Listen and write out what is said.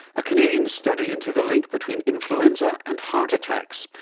a canadian study into the link between influenza and heart attacks.